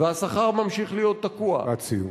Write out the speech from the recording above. והשכר ממשיך להיות תקוע, לקראת סיום.